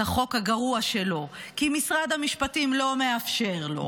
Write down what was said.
החוק הגרוע שלו כי משרד המשפטים לא מאפשר לו,